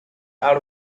out